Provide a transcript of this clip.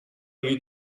you